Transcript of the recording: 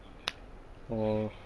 orh